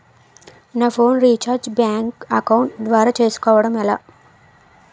నా phone recharge bank account ద్వారా చేసుకోవటం ఎలా?